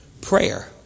prayer